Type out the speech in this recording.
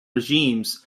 regimes